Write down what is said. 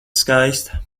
skaista